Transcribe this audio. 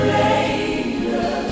later